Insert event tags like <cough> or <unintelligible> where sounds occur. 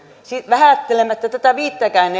vähättelemättä tätä viittäkään <unintelligible>